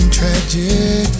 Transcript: tragic